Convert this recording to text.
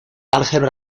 álgebra